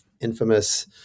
infamous